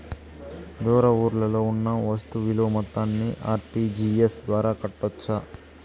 దూర ఊర్లలో కొన్న వస్తు విలువ మొత్తాన్ని ఆర్.టి.జి.ఎస్ ద్వారా కట్టొచ్చా?